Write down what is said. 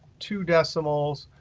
two decimals,